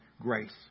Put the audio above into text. grace